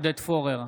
עודד פורר,